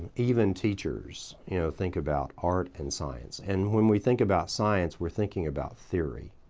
even teachers, you know, think about art and science. and when we think about science, we're thinking about theory.